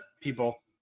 people